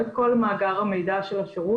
אנחנו לא מקבלים את כל מאגר המידע של השירות.